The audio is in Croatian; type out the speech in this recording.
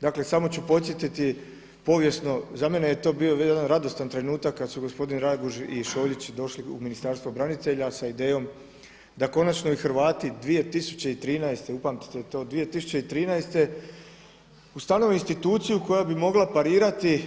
Dakle, samo ću podsjetiti povijesno, za mene je to bio jedan radostan trenutak kad su gospodin Raguž i Šoljić došli u Ministarstvo branitelja sa idejom da konačno i Hrvati 2013. godine, upamtite to: 2013., ustanove instituciju koja bi mogla parirati